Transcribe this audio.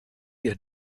ihr